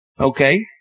Okay